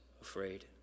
afraid